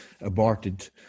aborted